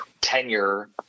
tenure